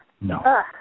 No